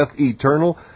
eternal